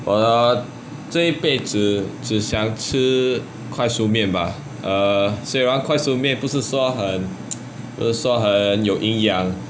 我的这一辈子只想吃快熟面吧 err 虽然快熟面不是说很 不是说很有营养